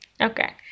Okay